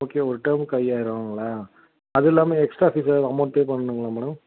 okay ஒரு டேர்ம்க்கு ஐயாயிரங்களா அதுவும் இல்லாமல் எக்ஸ்டரா ஃபீஸ் ஏதாவது அமௌன்ட் பே பண்ணனுங்களா மேடம்